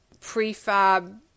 prefab